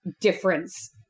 difference